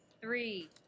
three